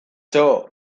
txo